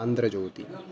Andhra Jyothi